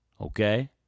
Okay